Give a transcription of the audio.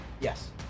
Yes